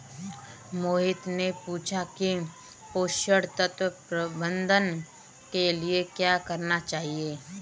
मोहित ने पूछा कि पोषण तत्व प्रबंधन के लिए क्या करना चाहिए?